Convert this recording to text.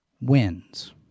wins